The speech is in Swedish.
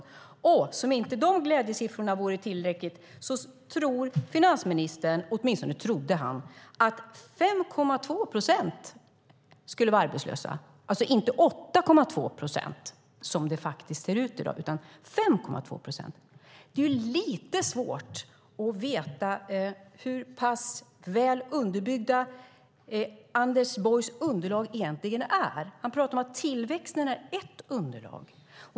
Som om inte de glädjesiffrorna vore tillräckliga tror finansministern - eller han trodde åtminstone - att 5,2 procent skulle vara arbetslösa och inte 8,2 procent, som det faktiskt ser ut i dag. Det är lite svårt att veta hur pass väl underbyggda Anders Borgs underlag egentligen är. Han säger att tillväxten är ett underlag.